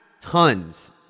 tons